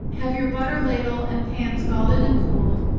have your butter ladle and pan scalded and cooled,